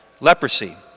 leprosy